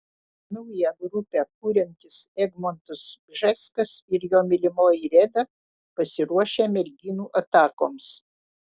naują grupę kuriantis egmontas bžeskas ir jo mylimoji reda pasiruošę merginų atakoms